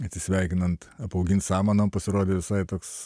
atsisveikinant apaugint samanom pasirodė visai toks